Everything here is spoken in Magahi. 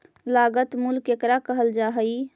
लागत मूल्य केकरा कहल जा हइ?